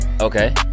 Okay